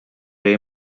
jej